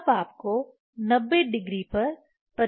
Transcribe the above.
तब आपको 90 डिग्री पर प्रतिबिंब मिलेगा